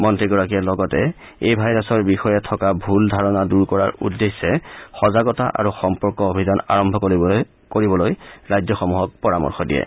মন্ত্ৰীগৰাকীয়ে লগতে এই ভাইৰাছৰ বিষয়ে থকা ভুল ধাৰণা দূৰ কৰাৰ উদ্দেশ্যে সজাগতা আৰু সম্পৰ্ক অভিযান আৰম্ভ কৰিবলৈ ৰাজ্যসমূহক পৰামৰ্শ দিয়ে